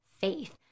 faith